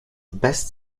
best